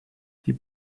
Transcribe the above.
die